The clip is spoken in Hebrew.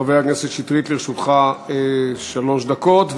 חבר הכנסת שטרית, לרשותך שלוש דקות.